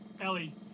Ellie